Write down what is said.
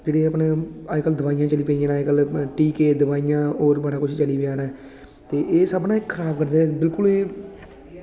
जेह्ड़ी अपनी एह् दोआइयां चली पेइयां न ते टीके दुआइयां होर बड़ा किश चली पेदा ऐ एह् सब न खराब करदे बिल्कुल एह्